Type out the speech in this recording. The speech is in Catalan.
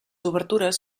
obertures